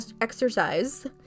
exercise